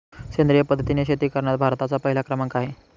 सेंद्रिय पद्धतीने शेती करण्यात भारताचा पहिला क्रमांक आहे